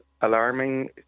alarming